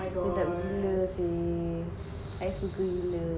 sedap gila seh I suka gila